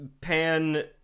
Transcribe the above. Pan